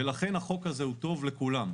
ולכן החוק הזה הוא טוב לכולם.